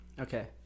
Okay